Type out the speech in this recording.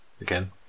Again